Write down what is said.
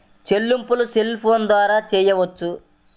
చెల్లింపులు cell phone ద్వారా చేయవచ్చా?